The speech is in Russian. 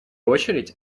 очередь